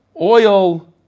oil